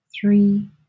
three